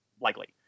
Likely